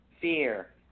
Fear